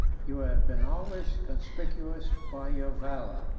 you have been always conspicuous by your valor.